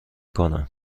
کنم